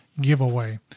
giveaway